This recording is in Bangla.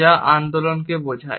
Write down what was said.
যা আন্দোলনকে বোঝায়